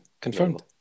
Confirmed